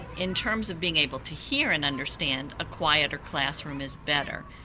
in terms of being able to hear and understand, a quieter classroom is better.